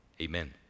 Amen